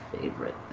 favorite